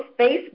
Facebook